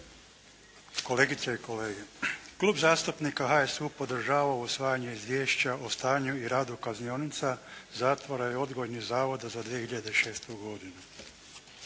kolegice i kolege. Klub zastupnika HSU-a podržava usvajanje Izvješća o stanju i radu kaznionica, zatvora i odgojnih zavoda za 2006. godinu.